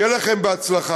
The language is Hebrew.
שיהיה לכם בהצלחה.